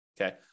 okay